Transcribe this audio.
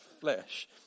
flesh